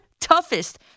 toughest